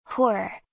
horror